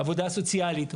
העבודה הסוציאלית,